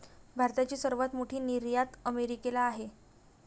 भारताची सर्वात मोठी निर्यात अमेरिकेला आहे